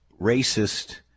racist